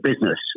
business